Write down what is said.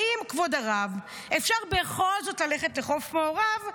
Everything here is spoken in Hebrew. האם, כבוד הרב, אפשר בכל זאת ללכת לחוף מעורב?